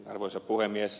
arvoisa puhemies